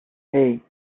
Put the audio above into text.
hey